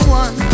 one